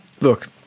look